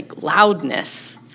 loudness